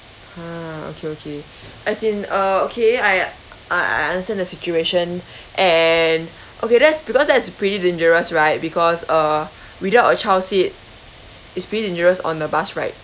!huh! okay okay as in uh okay I I I understand the situation and okay that's because that's pretty dangerous right because uh without a child seat it's pretty dangerous on the bus ride